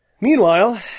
Meanwhile